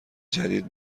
جدید